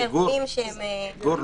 חוץ מאירועים שהם --- גור,